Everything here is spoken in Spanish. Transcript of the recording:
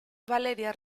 valeria